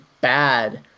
bad